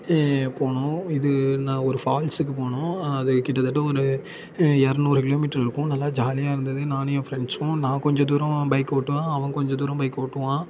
போனோம் இது நான் ஒரு ஃபால்ஸுக்கு போனோம் அது கிட்டத்தட்ட ஒரு இரநூறு கிலோமீட்ரு இருக்கும் நல்லா ஜாலியாக இருந்தது நானும் என் ஃப்ரெண்ட்ஸும் நான் கொஞ்சம் தூரம் பைக் ஓட்டுவேன் அவன் கொஞ்சம் தூரம் பைக் ஓட்டுவான்